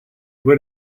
would